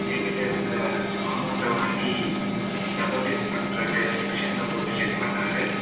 என்கிட்டே இருந்த அமௌண்ட்டை வாங்கி டெப்பாசிட் பண்ணுறக்கு அந்த மிஷினில் போட்டு செக் பண்ணிணாரு